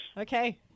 Okay